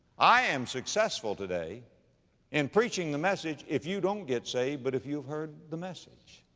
i am successful today in preaching the message if you don't get saved but if you heard the message.